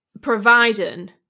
providing